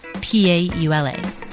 P-A-U-L-A